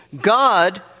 God